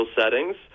settings